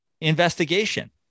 investigation